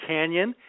Canyon